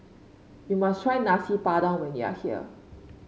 you must try Nasi Padang when you are here